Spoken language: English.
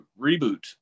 reboot